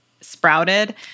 sprouted